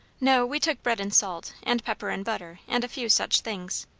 no we took bread and salt, and pepper and butter, and a few such things.